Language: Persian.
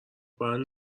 بند